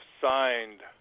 signed